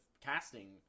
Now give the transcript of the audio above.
casting